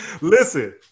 Listen